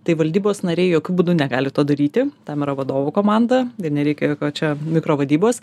tai valdybos nariai jokiu būdu negali to daryti tam yra vadovų komanda ir nereikia čia mikrovadybos